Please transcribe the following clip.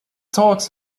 talks